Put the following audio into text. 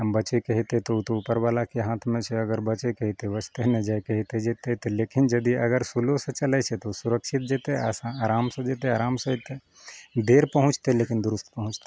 आओर बचयके हेतय तऽ उ तऽ उपरवला के हाथमे छै अगर बचयके हेतय बचतय नहि जाइके हेतय जेतय तऽ लेकिन यदि अगर स्लोसँ चलय छै तऽ उ सुरक्षित जेतय आगा आरामसँ जेतय आरामसँ एतय देर पहुँचतय लेकिन दुरुस्त पहुँचतय